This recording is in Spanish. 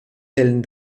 del